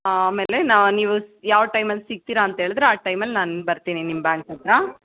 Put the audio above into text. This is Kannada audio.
ಆಮೇಲೆ ನಾ ನೀವು ಯಾವ ಟೈಮಲ್ಲಿ ಸಿಗ್ತೀರ ಅಂತೇಳಿದ್ರೆ ಆ ಟೈಮಲ್ಲಿ ನಾನು ಬರ್ತೀನಿ ನಿಮ್ಮ ಬ್ಯಾಂಕ್ ಹತ್ತಿರ